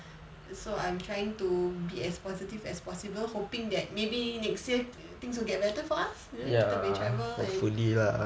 so I'm trying to be as positive as possible hoping that maybe next year things will get better for us you know kita boleh travel and